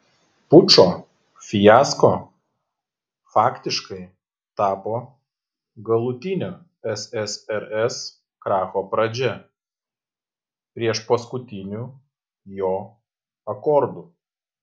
pučo fiasko faktiškai tapo galutinio ssrs kracho pradžia priešpaskutiniu jo akordu